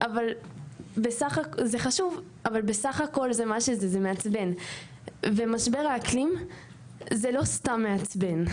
אבל זה מה שזה בסך הכל זה מעצבן; ומשבר האקלים זה לא סתם מעצבן,